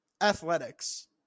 Athletics